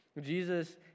Jesus